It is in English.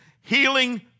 healing